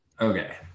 okay